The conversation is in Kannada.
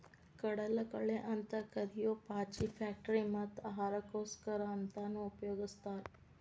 ಕಡಲಕಳೆ ಅಂತ ಕರಿಯೋ ಪಾಚಿ ಫ್ಯಾಕ್ಟರಿ ಮತ್ತ ಆಹಾರಕ್ಕೋಸ್ಕರ ಅಂತಾನೂ ಉಪಯೊಗಸ್ತಾರ